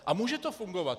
A může to fungovat.